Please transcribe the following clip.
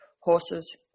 horses